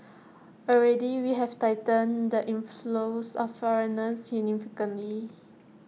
already we have tightened the inflows of foreigners significantly